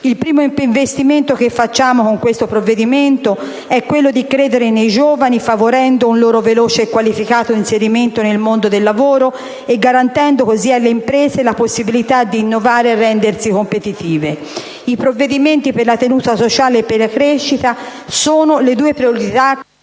Il primo investimento che facciamo con questo provvedimento è quello di credere nei giovani favorendo un loro veloce e qualificato inserimento nel mondo del lavoro e garantendo così alle imprese la possibilità di innovare e rendersi competitive. I provvedimenti per la tenuta sociale e per la crescita sono le due priorità